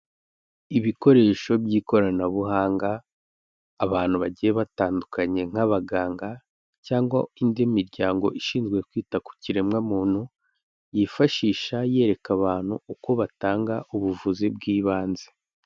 Ibikoresho by'ikoranabuhanga abantu bagiye batandukanye nk'abaganga cyangwa indi miryango ishinzwe kwita ku kiremwamuntu yifashisha yereka abantu uko batanga ubuvuzi bw'ibanze.